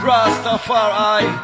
Rastafari